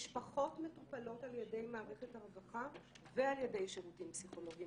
משפחות מטופלות על ידי מערכת הרווחה ועל ידי שירותים פסיכולוגיים,